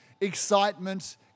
excitement